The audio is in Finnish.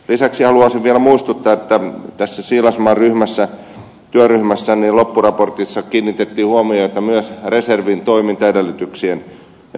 lisäksi haluaisin vielä muistuttaa että tässä siilasmaan työryhmän loppuraportissa kiinnitettiin huomiota myös reservin toimintaedellytyksien turvaamiseen